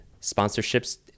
sponsorships